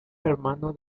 hermano